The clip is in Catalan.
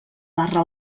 barra